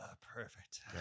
Perfect